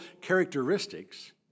characteristics